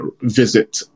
visit